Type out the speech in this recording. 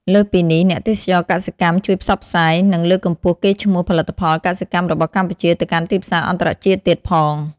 លើសពីនេះ អ្នកទេសចរណ៍កសិកម្មជួយផ្សព្វផ្សាយ និងលើកកម្ពស់កេរ្តិ៍ឈ្មោះផលិតផលកសិកម្មរបស់កម្ពុជាទៅកាន់ទីផ្សារអន្តរជាតិទៀតផង ។